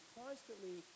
constantly